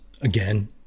again